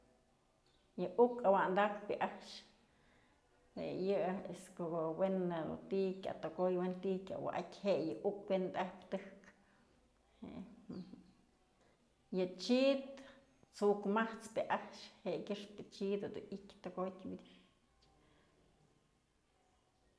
Yë uk awantakë yë a'ax jue yë este në ko'o we'en dun ti'i kya tëkoy we'en ti'i kya wa'atyë y yë uk kuenda ajpyë tëjk yë chid t'suk mat'spë a'ax jekyëxpë yë chid du i'ityë tekotyë.